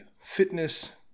fitness